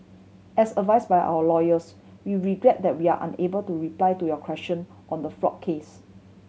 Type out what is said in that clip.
as advised by our lawyers we regret that we are unable to reply to your question on the fraud case